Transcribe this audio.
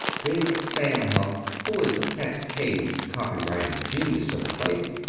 big sam hupp, who was the pet caged copy-writing genius of the place,